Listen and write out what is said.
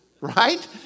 Right